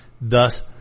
thus